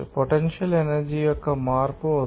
potential energy యొక్క మార్పు అవుతుంది